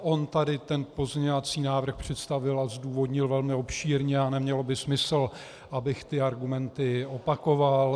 On tady pozměňovací návrh představil a zdůvodnil velmi obšírně a nemělo by smysl, abych ty argumenty opakoval.